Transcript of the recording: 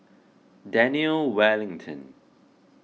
Daniel Wellington